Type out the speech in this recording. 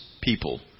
people